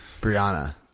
Brianna